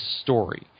story